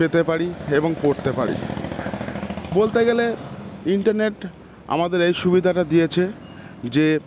পেতে পারি এবং পড়তে পারি বলতে গেলে ইন্টারনেট আমাদের এই সুবিধাটা দিয়েছে যে